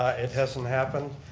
ah it hasn't happened.